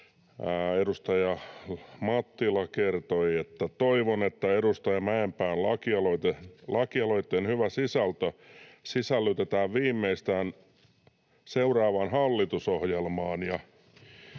Edustaja Mattila kertoi näin: ”Toivon, että edustaja Mäenpään lakialoitteen hyvä sisältö sisällytetään viimeistään seuraavaan hallitusohjelmaan.”